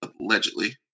allegedly